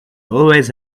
always